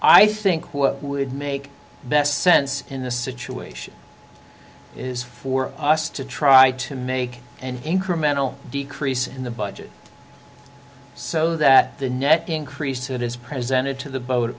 i think what would make best sense in this situation is for us to try to make an incremental decrease in the budget so that the net increase that is present it to the boat